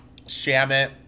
Shamit